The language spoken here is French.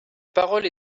parole